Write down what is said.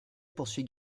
poursuit